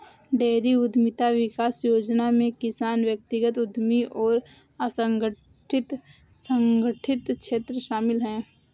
dairy उद्यमिता विकास योजना में किसान व्यक्तिगत उद्यमी और असंगठित संगठित क्षेत्र शामिल है